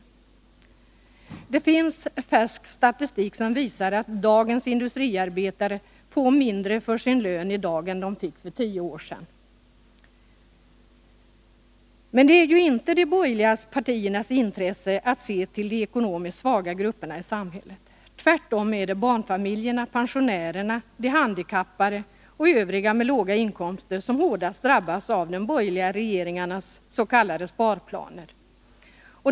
Det finns färsk statistik som visar att dagens industriarbetare får mindre för sin lön i dag än de fick för tio år sedan. Men det är ju inte de borgerliga partiernas intresse att se till de ekonomiskt svaga grupperna i samhället. Tvärtom är det barnfamiljerna, pensionärerna, de handikappade och övriga med låga inkomster som hårdast drabbas av de borgerliga regeringarnas s.k. sparplaner.